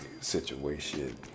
situation